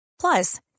Plus